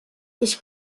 ich